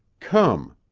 come,